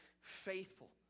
faithful